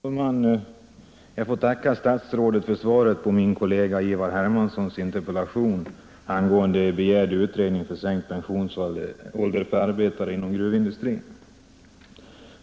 Fru talman! Jag får tacka statsrådet för svaret på min kollega Ivar Hermanssons interpellation angående begärd utredning om sänkt pensionsålder för arbetare inom gruvindustrin.